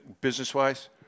business-wise